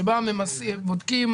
שבה בודקים